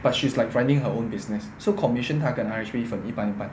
but she's like finding her own business so commission 她跟 R_H_B 分一半一半